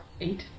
Eight